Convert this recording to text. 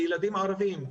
התלמידים הערבים,